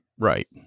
Right